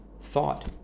thought